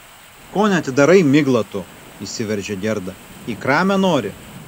ko neatidarai migla tu įsiveržė gerda į kramę nori